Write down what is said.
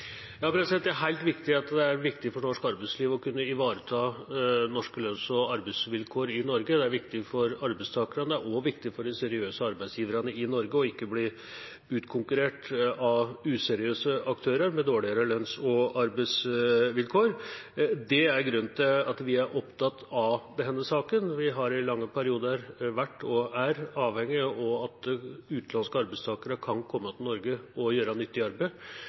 Det er klart at det er viktig for norsk arbeidsliv å kunne ivareta norske lønns- og arbeidsvilkår i Norge. Det er viktig for arbeidstakerne, og det er viktig for de seriøse arbeidsgiverne i Norge å ikke bli utkonkurrert av useriøse aktører med dårligere lønns- og arbeidsvilkår. Det er grunnen til at vi er opptatt av denne saken. Vi har i lange perioder vært og er avhengige av at utenlandske arbeidstakere kan komme til Norge og gjøre nyttig arbeid,